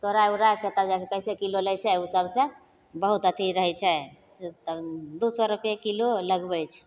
तोड़ा उड़ाके तब जाके कइसे किलो लै छै ओसबसे बहुत अथी रहै छै तब दुइ सओ रुपैए किलो लगबै छै